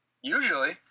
Usually